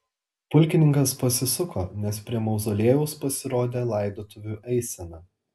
pulkininkas pasisuko nes prie mauzoliejaus pasirodė laidotuvių eisena